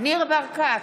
ניר ברקת,